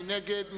מי נגד?